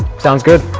sounds good!